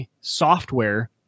software